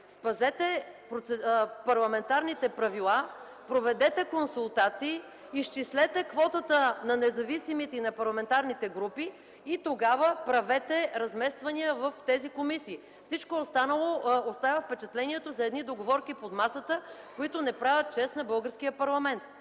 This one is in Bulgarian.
Спазете парламентарните правила (реплики от ГЕРБ), проведете консултации, изчислете квотата на независимите и на парламентарните групи и тогава правете размествания в тези комисии. Всичко останало оставя впечатлението за договорки под масата, които не правят чест на българския парламент